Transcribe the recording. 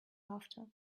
after